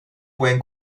pueden